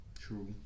True